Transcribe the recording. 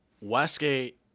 westgate